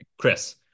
Chris